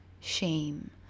shame